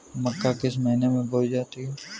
मक्का किस महीने में बोई जाती है?